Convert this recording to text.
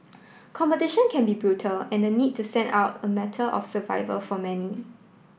competition can be brutal and the need to stand out a matter of survival for many